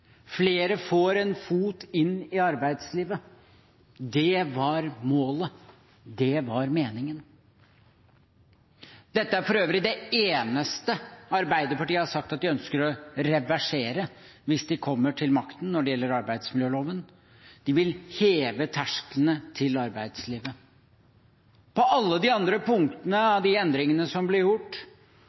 Flere får en fot inn i arbeidslivet. Det var målet, det var meningen. Dette er for øvrig det eneste Arbeiderpartiet har sagt at de – hvis de kommer til makten –ønsker å reversere når det gjelder arbeidsmiljøloven. De vil heve tersklene til arbeidslivet. På alle de andre punktene når det gjelder de endringene som ble gjort,